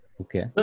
Okay